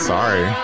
Sorry